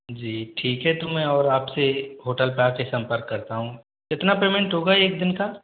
जी ठीक है तो मैं और आपसे होटल पर आकर सम्पर्क करता हूँ कितना पेमेंट होगा एक दिन का